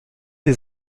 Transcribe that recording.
les